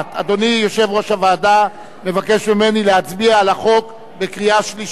אדוני יושב-ראש הוועדה מבקש ממני להצביע על החוק בקריאה שלישית,